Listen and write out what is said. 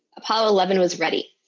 apollo eleven was ready.